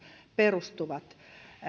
perustuvat se